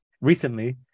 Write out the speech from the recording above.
recently